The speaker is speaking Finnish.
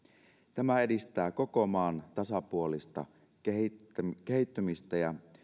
tämä edistää koko maan tasapuolista kehittymistä kehittymistä ja